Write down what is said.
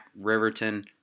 Riverton